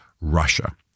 Russia